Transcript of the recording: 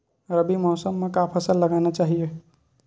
रबी मौसम म का फसल लगाना चहिए?